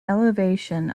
elevation